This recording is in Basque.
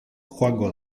joango